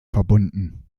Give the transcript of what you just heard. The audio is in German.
verbunden